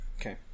Okay